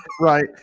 Right